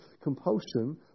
compulsion